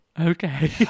Okay